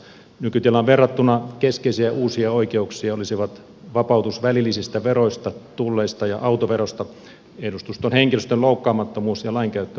nykytilaan verrattuna keskeisiä uusia oikeuksia olisivat vapautus välillisistä veroista tulleista ja autoverosta edustuston henkilöstön loukkaamattomuus ja lainkäyttövapautus